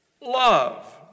love